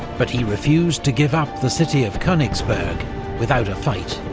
but he refused to give up the city of konigsberg without a fight,